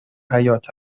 حیات